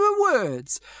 words